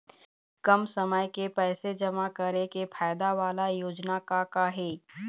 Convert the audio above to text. कम समय के पैसे जमा करे के फायदा वाला योजना का का हे?